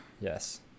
Yes